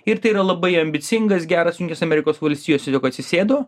ir tai yra labai ambicingas geras jungtinėse amerikos valstijose juk atsisėdo